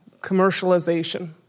commercialization